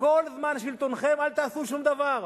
כל זמן שלטונכם אל תעשו שום דבר,